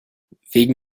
wegen